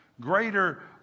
Greater